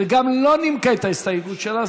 וגם לא נימקה את ההסתייגות שלה,